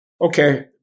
Okay